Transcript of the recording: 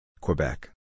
Quebec